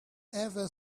ever